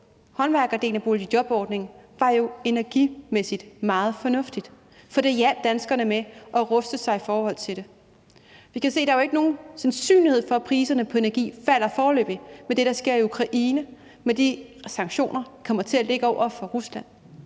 håndværkerdelen af boligjobordningen jo energimæssigt meget fornuftigt, for det hjalp danskerne med at ruste sig i forhold til det. Vi kan se, at der jo ikke er nogen sandsynlighed for, at priserne på energi falder foreløbig, med det, der sker i Ukraine, med de sanktioner, der kommer til at ligge over for Rusland.